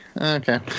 Okay